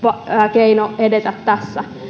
keino edetä tässä